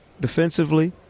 defensively